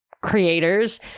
creators